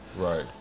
Right